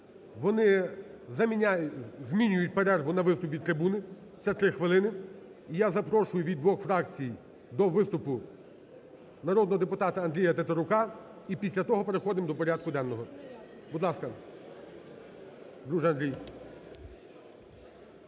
Вони змінюють перерву на виступ від трибуни, це три хвилини. І я запрошую від двох фракцій до виступу народного депутата Андрія Тетерука і після того переходимо до порядку денного. Будь ласка, друже Андрій.